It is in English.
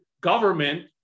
government